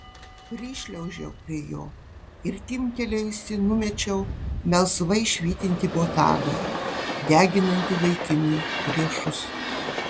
prišliaužiau prie jo ir timptelėjusi numečiau melsvai švytintį botagą deginantį vaikinui riešus